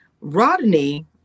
Rodney